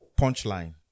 punchline